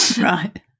Right